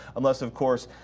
unless of course,